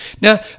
Now